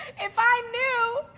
if i knew,